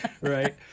right